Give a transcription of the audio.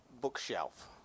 bookshelf